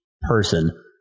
person